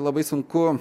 labai sunku